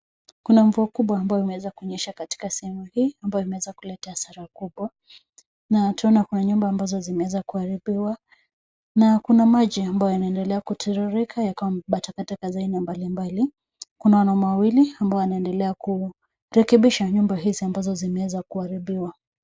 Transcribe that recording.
Kuna mvua kubwa ambayo imeweza kunyesha katika sehemu hii ambayo imeweza kuleta hasara kubwa na twaona kuna nyumba ambazo zimeweza kuharibiwa na kuna maji ambayo yanaendelea kutiririka yakiwa yamebeba takataka za aina mbalimbali. Kuna wanaume wawili ambao wanaendelea kurekebisha nyumba hizi ambazo zimeweza kuharibiwa.